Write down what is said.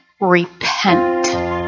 repent